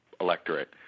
electorate